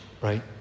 Right